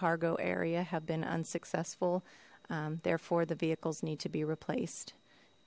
cargo area have been unsuccessful therefore the vehicles need to be replaced